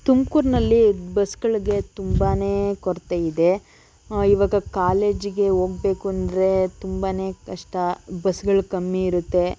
ತುಮಕೂರ್ನಲ್ಲಿ ಬಸ್ಸುಗಳಿಗೆ ತುಂಬಾ ಕೊರತೆ ಇದೆ ಇವಾಗ ಕಾಲೇಜಿಗೆ ಹೋಗ್ಬೇಕು ಅಂದರೆ ತುಂಬಾ ಕಷ್ಟ ಬಸ್ಸುಗಳ್ ಕಮ್ಮಿ ಇರುತ್ತೆ